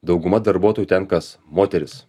dauguma darbuotojų ten kas moterys